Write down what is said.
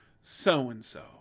so-and-so